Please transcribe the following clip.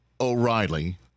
O'Reilly